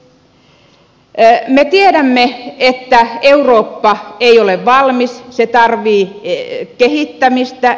me tiedämme että eurooppa ei ole valmis se tarvitsee kehittämistä